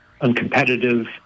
uncompetitive